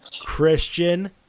Christian